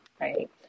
right